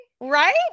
Right